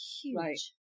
Huge